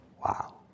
Wow